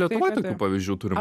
lietuvoj tokių pavyzdžių turim